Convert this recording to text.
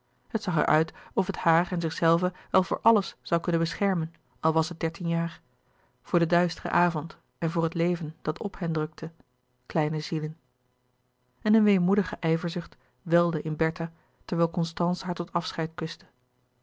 het zag er uit of het haar en zichzelve wel voor alles zoû kunnen beschermen al was het dertien jaar voor den duisteren avond en voor het leven dat op hen drukte kleine zielen en een weemoedige ijverzucht welde in bertha terwijl constance haar tot afscheid kuste